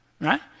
right